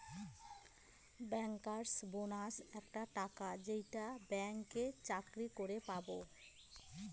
bankers bonus একটা টাকা যেইটা ব্যাঙ্কে চাকরি করে পাবো